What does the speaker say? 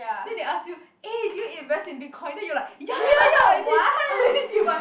then they ask you eh did you invest in Bitcoin then you like ya ya ya I did how many did you buy